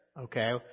Okay